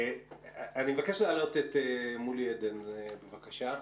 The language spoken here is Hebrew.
אני מבקש להעלות את מולי אדן, בבקשה.